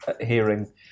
hearing